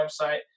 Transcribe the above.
website